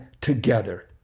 together